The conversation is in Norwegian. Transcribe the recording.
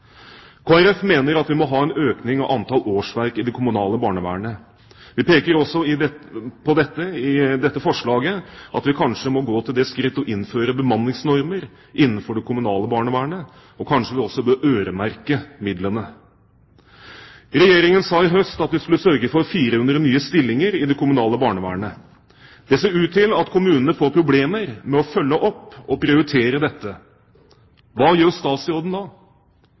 vi må ha en økning av antall årsverk i det kommunale barnevernet. Vi peker i dette forslaget på at vi kanskje må gå til det skritt å innføre bemanningsnormer innenfor det kommunale barnevernet. Og kanskje vi også bør øremerke midlene. Regjeringen sa i høst at den skulle sørge for 400 nye stillinger i det kommunale barnevernet. Det ser ut til at kommunene får problemer med å følge opp og prioritere dette. Hva gjør statsråden da?